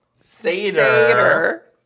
Seder